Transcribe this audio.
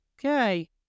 Okay